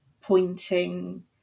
pointing